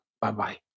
Bye-bye